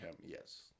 Yes